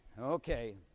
Okay